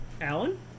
Alan